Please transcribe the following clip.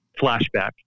flashback